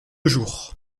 jour